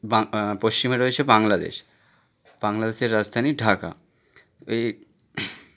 বাং পশ্চিমে রয়েছে বাংলাদেশ বাংলাদেশের রাজধানী ঢাকা এ